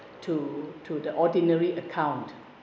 to to the ordinary account